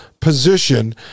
position